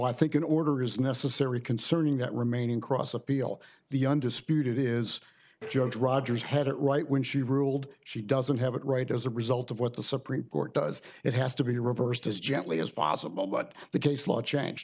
i think an order is necessary concerning that remaining cross appeal the undisputed is the judge rogers had it right when she ruled she doesn't have it right as a result of what the supreme court does it has to be reversed as gently as possible but the case law changed